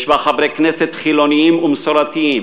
יש בה חברי כנסת חילונים ומסורתיים,